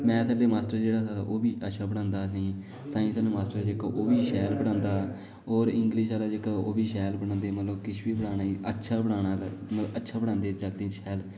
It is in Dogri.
मैथ आह्ला मास्टर जेह्ड़ा हा ओह् बी अच्छा पढ़ांदा हा साईंस आह्ला मास्टर जेह्का ओह् बी शैल पढ़ांदा हा ओर इंगलिश आह्ला हो जेह्का ओह् बी शैल पढ़ांदे हे मतलब किश बी पढ़ाना अच्छा पढ़ाना अच्छे पढ़ांदे हे शैल